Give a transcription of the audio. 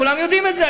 כולם יודעים את זה,